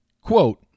quote